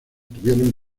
tuvieron